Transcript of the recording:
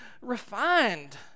refined